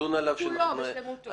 נדון בסעיף הזה.